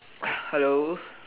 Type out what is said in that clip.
hello